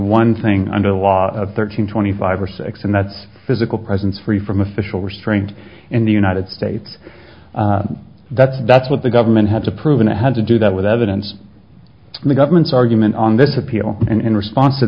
one thing under the law of thirteen twenty five or six and that's physical presence free from official restraint in the united states that's that's what the government had to prove and i had to do that with evidence and the government's argument on this appeal in response to